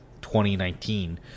2019